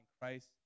Christ